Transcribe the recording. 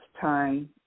time